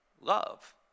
love